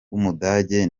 w’umudage